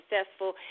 successful